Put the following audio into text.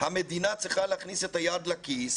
המדינה צריכה להכניס את היד לכיס